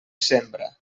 sembra